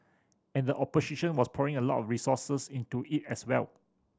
and the opposition was pouring a lot resources into it as well